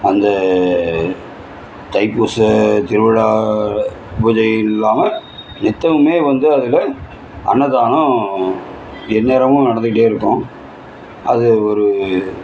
அந்த தைப்பூச திருவிழா பூஜையில்லாமல் நித்தமுமே வந்து அதில் அன்னதானம் எந்நேரமும் நடந்துக்கிட்டே இருக்கும் அது ஒரு